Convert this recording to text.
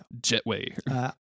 jetway